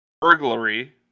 burglary